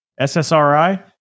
SSRI